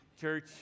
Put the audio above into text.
church